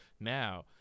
Now